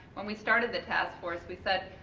when we started the task force we said,